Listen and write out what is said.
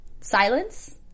silence